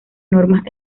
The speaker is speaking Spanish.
normas